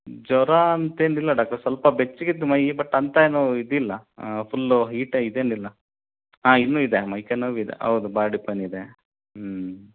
ಜ್ವರ ಅಂತೇನಿಲ್ಲ ಡಾಕ್ಟ್ರೇ ಸ್ವಲ್ಪ ಬೆಚ್ಚಗಿತ್ತು ಮೈ ಬಟ್ ಅಂಥ ಏನು ಇದಿಲ್ಲ ಫುಲ್ಲು ಹೀಟ್ ಇದೇನಿಲ್ಲ ಹಾಂ ಇನ್ನೂ ಇದೆ ಮೈ ಕೈ ನೋವಿದೆ ಹೌದು ಬಾಡಿ ಪೈನ್ ಇದೆ